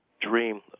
dream